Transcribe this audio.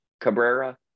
Cabrera